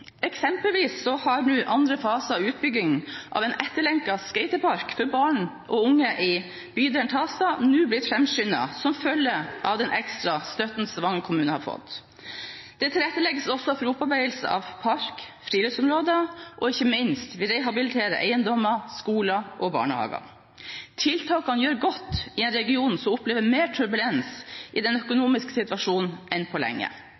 Eksempelvis har andre fase av utbyggingen av en etterlengtet skatepark for barn og unge i bydelen Tasta nå blitt framskyndet, som følge av den ekstra støtten Stavanger kommune har fått. Det tilrettelegges også for opparbeidelse av park- og friluftsområder og, ikke minst, vi rehabiliterer eiendommer, skoler og barnehager. Tiltakene gjør godt i en region som opplever mer turbulens i den økonomiske situasjonen enn på lenge.